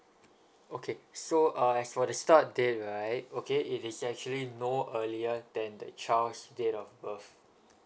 okay so uh as for the start date right okay it is actually no earlier than the child's date of birth